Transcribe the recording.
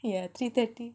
yeah three thirty